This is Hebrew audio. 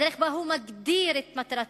הדרך שבה הוא מגדיר את מטרתו,